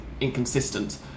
inconsistent